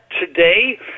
today